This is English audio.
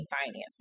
financing